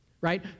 Right